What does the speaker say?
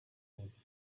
was